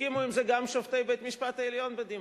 הסכימו לזה גם שופטי בית-המשפט העליון בדימוס.